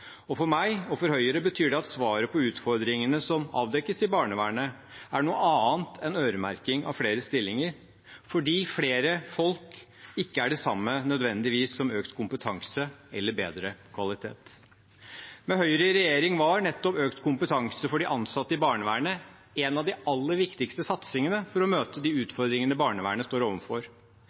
For meg og for Høyre betyr det at svaret på utfordringene som avdekkes i barnevernet, er noe annet enn øremerking av flere stillinger, fordi flere folk ikke nødvendigvis er det samme som økt kompetanse eller bedre kvalitet. Med Høyre i regjering var nettopp økt kompetanse for de ansatte i barnevernet en av de aller viktigste satsingene for å møte de utfordringene barnevernet står